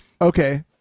Okay